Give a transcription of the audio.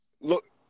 look